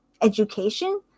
education